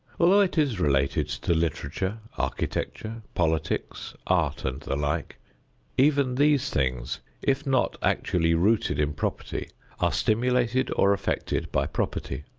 although it is related to literature, architecture, politics, art and the like even these things if not actually rooted in property are stimulated or affected by property.